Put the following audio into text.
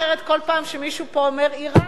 אחרת כל פעם שמישהו פה אומר "אירן",